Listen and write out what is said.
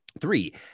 Three